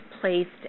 placed